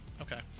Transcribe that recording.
Okay